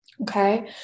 Okay